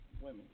women